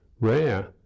rare